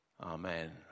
Amen